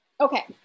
okay